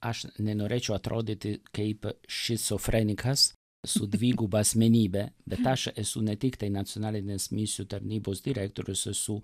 aš nenorėčiau atrodyti kaip šizofrenikas su dviguba asmenybe bet aš esu ne tiktai nacionalinės misijų tarnybos direktorius esu